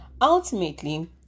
Ultimately